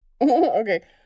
Okay